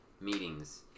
meetings